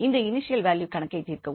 இந்த initial value கணக்கை தீர்க்கவும்